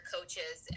coaches